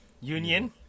Union